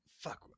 Fuck